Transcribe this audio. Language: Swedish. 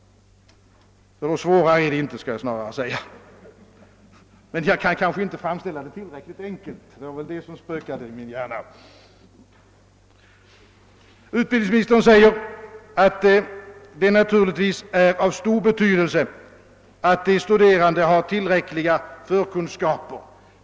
Vidare säger utbildningsministern att det naturligtvis är av stor betydelse att de studerande har tillräckliga förkunskaper.